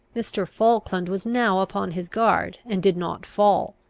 mr. falkland was now upon his guard, and did not fall.